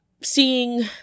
seeing